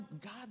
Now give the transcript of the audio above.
God